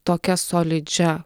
tokia solidžia